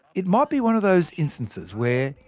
it might be one of those instances where,